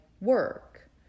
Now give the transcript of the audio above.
work